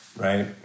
right